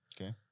Okay